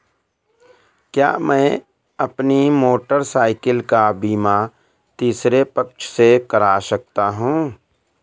क्या मैं अपनी मोटरसाइकिल का बीमा तीसरे पक्ष से करा सकता हूँ?